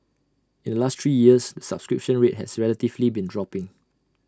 in the last three years the subscription rate has relatively been dropping